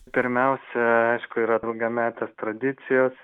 pirmiausia aišku yra daugiametės tradicijos